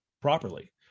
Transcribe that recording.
properly